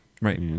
Right